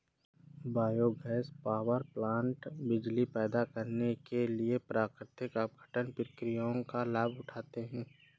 biogas power plant बिजली पैदा करने के लिए प्राकृतिक अपघटन प्रक्रिया का लाभ उठाते हैं